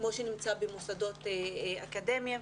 כמו שנמצא במוסדות האקדמיה.